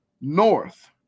North